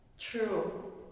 True